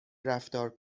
رفتار